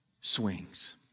swings